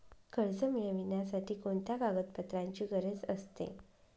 कर्ज मिळविण्यासाठी कोणत्या कागदपत्रांची गरज असते?